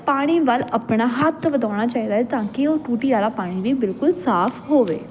ਪਾਣੀ ਵੱਲ ਆਪਣਾ ਹੱਥ ਵਧਾਉਣਾ ਚਾਹੀਦਾ ਹੈ ਤਾਂ ਕਿ ਉਹ ਟੂਟੀ ਵਾਲਾ ਪਾਣੀ ਵੀ ਬਿਲਕੁਲ ਸਾਫ਼ ਹੋਵੇ